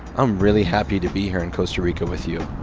i'm really happy to be here in costa rica with you.